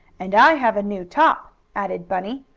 and i have a new top, added bunny.